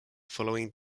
following